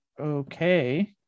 okay